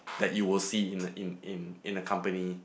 that it will see in a in in in a company